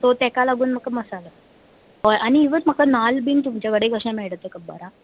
so तेका लागून म्हाका मसालो हय आनी इवन म्हाका नाल्ल बीन तुमचे कडेन कशे मेळटा तें खबर हा